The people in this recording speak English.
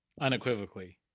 Unequivocally